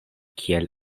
kiel